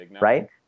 Right